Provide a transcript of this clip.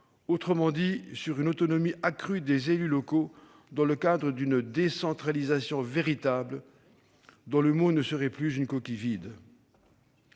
autrement dit sur une autonomie accrue des élus locaux dans le cadre d'une décentralisation véritable qui ne serait plus une « coquille vide